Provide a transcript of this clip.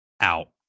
out